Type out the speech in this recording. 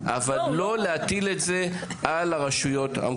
אבל לא להטיל את זה על הרשויות המקומיות.